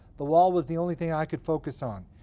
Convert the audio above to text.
the wall was the only thing i could focus on.